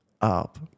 up